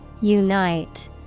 Unite